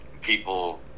people